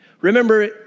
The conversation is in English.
Remember